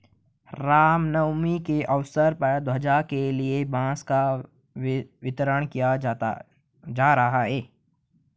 राम नवमी के अवसर पर ध्वजा के लिए बांस का वितरण किया जा रहा है